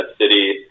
city –